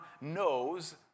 knows